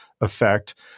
effect